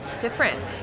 different